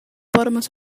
bottomless